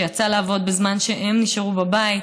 שיצא לעבוד בזמן שהן נשארו בבית,